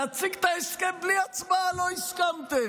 להציג את ההסכם בלי הצבעה לא הסכמתם.